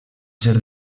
ser